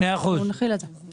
אז בואו נחיל את זה.